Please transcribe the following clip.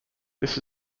this